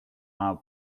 now